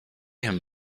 him